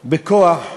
בכוח.